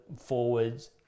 forwards